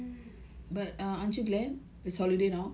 ugh its still retained there in my mind so annoying